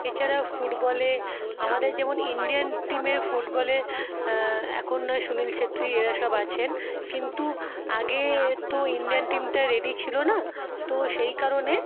এছাড়াও ফুটবলে আমাদের যেমন ইন্ডিয়ান টিমের ফুটবলে এখন নয় সুনীল ছেত্রী এঁরা সব আছেন কিন্তু আগে তো ইন্ডিয়ান টিমটা রেডি ছিল না তো সেই কারণে